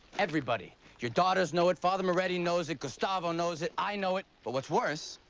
everybody. your daughters know it father moretti knows it gustavo knows it i know it but what's worse,